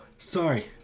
sorry